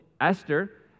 Esther